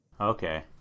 Okay